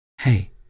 Hey